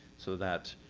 so that